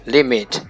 Limit